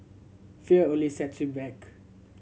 fear only set you back